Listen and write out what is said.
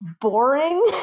boring